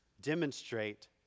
demonstrate